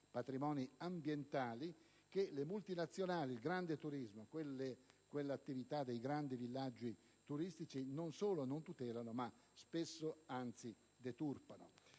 patrimoni ambientali che le multinazionali del grande turismo, quelle attività dei grandi villaggi turistici, non solo non tutelano, ma spesso anzi deturpano.